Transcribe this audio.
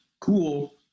cool